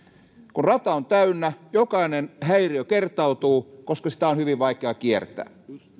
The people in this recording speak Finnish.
kun rata on täynnä jokainen häiriö kertautuu koska sitä on hyvin vaikea kiertää